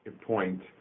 point